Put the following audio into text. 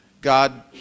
God